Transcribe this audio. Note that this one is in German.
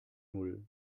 null